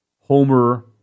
homer